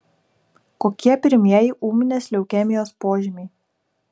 kokie pirmieji ūminės leukemijos požymiai